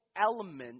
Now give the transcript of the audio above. element